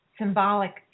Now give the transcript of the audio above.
symbolic